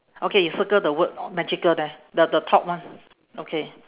okay you circle the word magical there the the top one okay